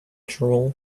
drool